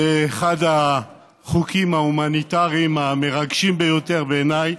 זה אחד החוקים ההומניטריים המרגשים ביותר בעיניי,